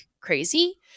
crazy